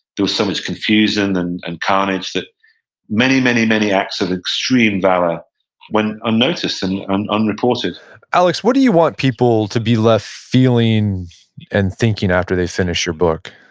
so much confusion and and carnage that many, many, many acts of extreme valor went unnoticed and and unreported alex, what do you want people to be left feeling and thinking after they finish your book?